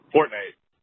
Fortnite